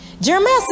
Jeremiah